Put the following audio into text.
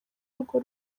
urwo